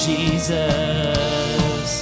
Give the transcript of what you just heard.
Jesus